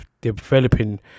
developing